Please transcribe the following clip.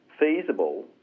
feasible